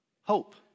Hope